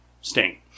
Sting